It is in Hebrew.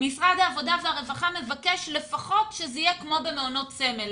משרד העבודה והרווחה מבקש לפחות שזה יהיה כמו במעונות סמל.